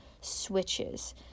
switches